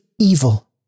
evil